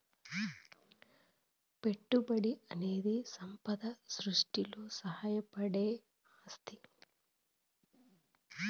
పెట్టుబడనేది సంపద సృష్టిలో సాయపడే ఆస్తి